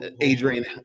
Adrian